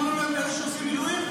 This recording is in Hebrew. גם לא --- אלה שעושים מילואים?